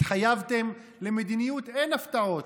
התחייבתם למדיניות "אין הפתעות".